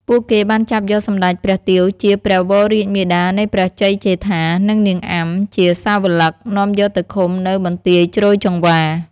ពួកគេបានចាប់យកសម្តេចព្រះទាវជាព្រះវររាជមាតានៃព្រះជ័យជេដ្ឋា និង នាងអាំ ជាសាវឡិក នាំយកទៅឃុំនៅ បន្ទាយជ្រោយចង្វា។